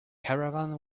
caravan